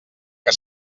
que